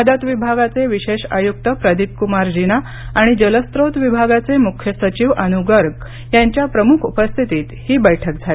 मदत विभागाचे विशेष आयुक्त प्रदिप कुमार जीना आणि जलस्त्रोत विभागाचे मुख्य सचिव अनू गर्ग यांच्या प्रमुख उपस्थितीत ही बैठक झाली